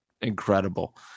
incredible